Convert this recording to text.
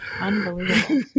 Unbelievable